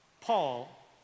Paul